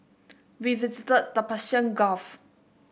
we visited the Persian Gulf